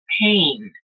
pain